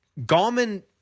Gallman –